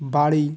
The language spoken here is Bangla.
বাড়ি